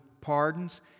pardons